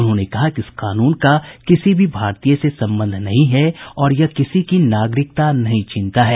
उन्होंने कहा कि इस कानून का किसी भी भारतीय से संबंध नहीं है और यह किसी की नागरिकता नहीं छीनता है